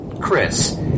Chris